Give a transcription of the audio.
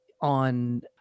on